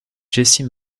jesse